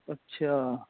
ਅੱਛਾ